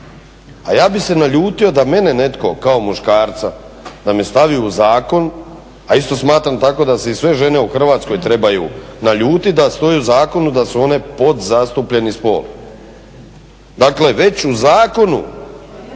a ja bih se naljutio da mene netko kao muškarca da me stavi u zakon, a isto tako smatram tako da se i sve žene u Hrvatskoj trebaju naljuti, da stoji u zakonu da su one podzastupljeni spol. Dakle već u zakonu